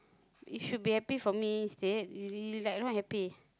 you should be happy for me instead you like not happy